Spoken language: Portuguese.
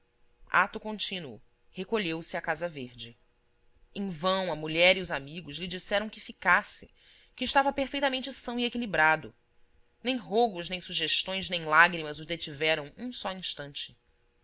ato continuo recolheu-se à casa verde em vão a mulher e os amigos lhe disseram que ficasse que estava perfeitamente são e equilibrado nem rogos nem sugestões nem lágrimas o detiveram um só instante